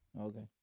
Okay